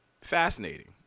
fascinating